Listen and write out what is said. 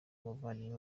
umuvandimwe